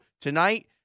tonight